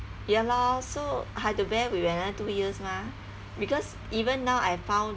ya lor so have to bear with another two years mah because even now I found